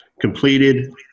completed